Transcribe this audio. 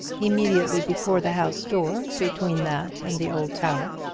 immediately before the house door, between that and the old tower,